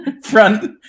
front